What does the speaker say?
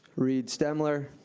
reed stemler.